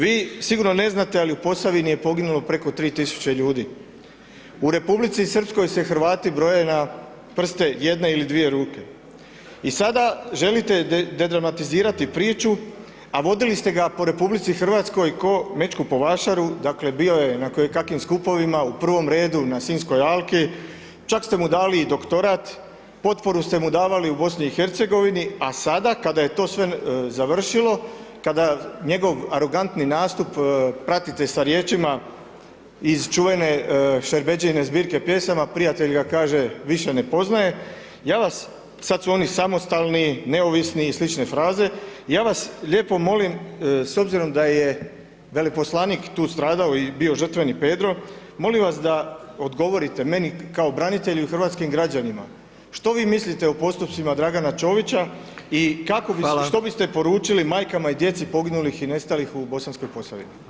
Vi sigurno ne znate ali u Posavini je poginulo preko 3000 ljudi, u Republici Srpskoj se Hrvati broje na prste jedne ili dvije ruke i sada želite dedramatizirati priču a vodili ste ga po RH ko Mečku po Vašaru dakle bio je na kojekakvim skupovima u prvom redu, na Sinjskoj alki, čak ste mu dali i doktorat, potporu ste mu davali u BiH-u a sada kada je to sve završilo, kada njegov arogantni nastup pratite sa riječima iz čuvene Šerbedžijine zbirke pjesama, prijatelj ga kaže, više ne poznaje, ja vas, sad su oni samostalni, neovisni i slične fraze, ja vas lijepo molim, s obzirom da je veleposlanik tu stradao i bio žrtveni Pedro, molim vas da odgovorite meni kao branitelju i hrvatskim građanima, što vi mislite o postupcima Draga Čovića i što biste poručili majkama i djeci poginulih i nestalih u Bosanskoj Posavini?